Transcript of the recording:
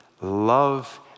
love